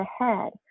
ahead